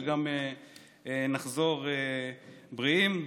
שגם נחזור בריאים,